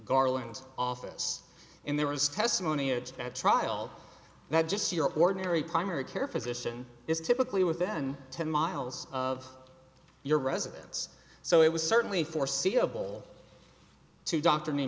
garlands office and there was testimony at trial that just your ordinary primary care physician is typically within ten miles of your residence so it was certainly foreseeable to d